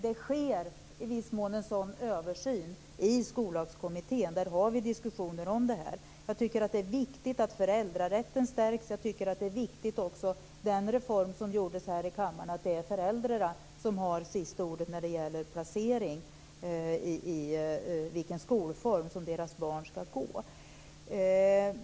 Det sker i viss mån en sådan översyn i Skollagskommittén. Där förs diskussioner om detta. Jag tycker att det är viktigt att föräldrarätten stärks. Jag tycker också att den reform är viktig som gjordes här i kammaren om att det är föräldrarna som har sista ordet när det gäller placering och i vilken skolform deras barn ska gå.